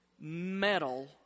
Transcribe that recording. metal